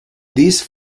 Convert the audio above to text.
these